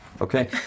Okay